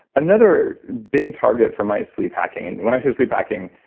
another big target for my sleep hacking, and when i say sleep hacking,